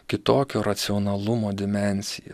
kitokio racionalumo dimensiją